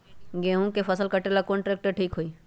गेहूं के फसल कटेला कौन ट्रैक्टर ठीक होई?